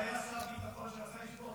אני יודע שהיה שר ביטחון שניסה לשבור